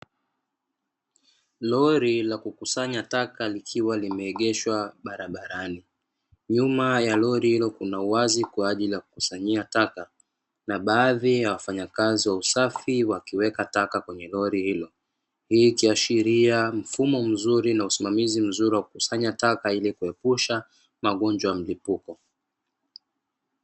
Loro la Kukusanya taka likiwa limeegeshwa barabarani nyuma ya lori hilo kuna uwazi kwa ajili ya kukusanyia taka na baadhi ya wafanyakazi wa usafi wakiweka taka kwenye lori hilo hii kiashiria mfumo mzuri na usimamizi mzuri wa kukusanya taka ili kuepusha magonjwa ya mlipuko.